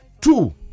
Two